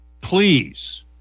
please